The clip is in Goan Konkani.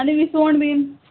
आनी विसवोण बीन